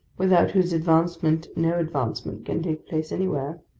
without whose advancement no advancement can take place anywhere.